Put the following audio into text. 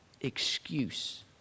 excuse